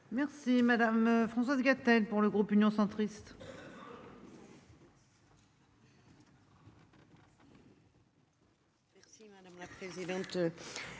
Merci madame Françoise Gatel pour le groupe Union centriste.